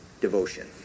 Devotion